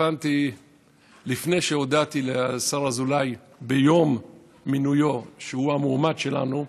לפני שהודעתי לשר אזולאי ביום מינויו שהוא המועמד שלנו,